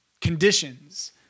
conditions